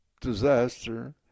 Disaster